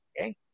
okay